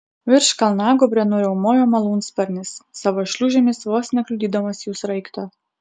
virš kalnagūbrio nuriaumojo malūnsparnis savo šliūžėmis vos nekliudydamas jų sraigto